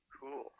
Cool